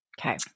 Okay